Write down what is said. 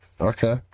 Okay